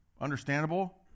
understandable